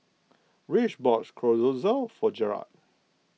Rich bought Chorizo for Jerald